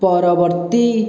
ପରବର୍ତ୍ତୀ